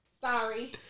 Sorry